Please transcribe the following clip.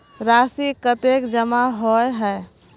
राशि कतेक जमा होय है?